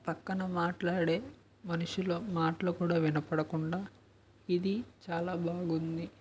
పక్కన మాట్లాడే మనుషుల మాటలు కూడా వినపడకుండా ఇది చాలా బాగుంది